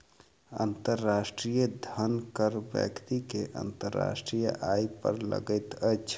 अंतर्राष्ट्रीय धन कर व्यक्ति के अंतर्राष्ट्रीय आय पर लगैत अछि